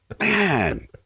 Man